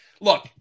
Look